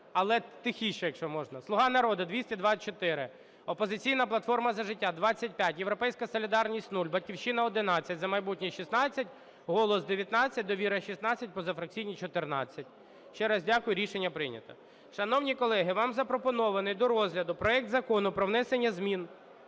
Але тихіше, якщо можна. "Слуга народу" – 224, "Опозиційна платформа - За життя" – 25, "Європейська солідарність" – 0, "Батьківщина" – 11, "За майбутнє" – 16, "Голос" – 19, "Довіра" – 16, позафракційні – 14. Ще раз дякую. Рішення прийнято. Шановні колеги, вам запропонований до розгляду проект Закону про внесення змін…